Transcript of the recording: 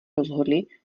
rozhodli